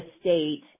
state